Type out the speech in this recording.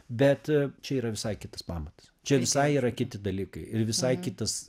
bet čia yra visai kitas pamatas čia visai yra kiti dalykai ir visai kitas